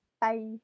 Bye